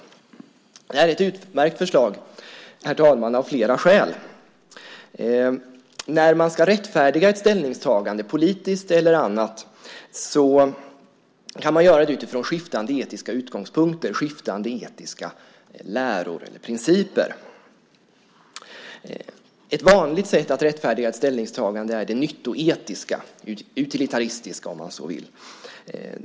Det här är ett utmärkt förslag, herr talman, av flera skäl. När man ska rättfärdiga ett ställningstagande, politiskt eller av annat slag, kan man göra det utifrån skiftande etiska utgångspunkter, skiftande etiska läror eller principer. Ett vanligt sätt att rättfärdiga ett ställningstagande är det nyttoetiska, det utilitaristiska om man så vill.